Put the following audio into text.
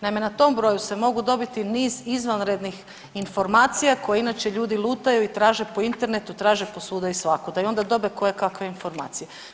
Naime, na tom broju se mogu dobiti niz izvanrednih informacija koje inače ljudi lutaju i traže po internetu, traže po svuda i svakuda i onda dobe kojekakve informacije.